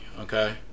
okay